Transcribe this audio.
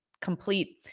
complete